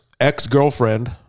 ex-girlfriend